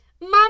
Mom